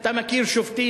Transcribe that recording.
אתה מכיר שופטים,